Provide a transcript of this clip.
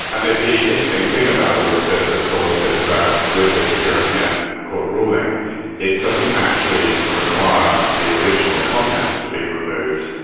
and the interesting thing about all of this of course is that with this european court ruling it doesn't actually require the original content to be removed,